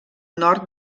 nord